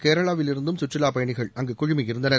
கேரளாவிலிருந்தும் சுற்றுலா பயணிகள் அங்கு குழுமியிருந்தனர்